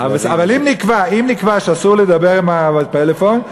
אבל אם נקבע שאסור לדבר בפלאפון,